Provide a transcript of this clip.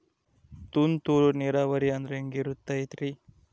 ತುಂತುರು ನೇರಾವರಿ ಅಂದ್ರೆ ಹೆಂಗೆ ಇರುತ್ತರಿ?